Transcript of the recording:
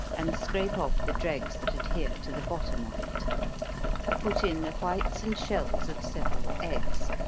and scrape off the dregs that adhere to the bottom of it put in the whites and shells of several eggs,